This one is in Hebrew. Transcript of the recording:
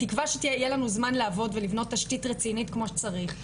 בתקווה שיהיה לנו זמן לעבוד ולבנות תשתית רצינית כמו שצריך,